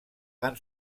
han